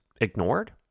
ignored